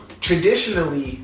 traditionally